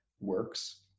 works